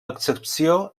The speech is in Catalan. excepció